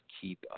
keep